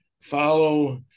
follow